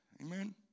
amen